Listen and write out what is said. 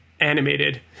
animated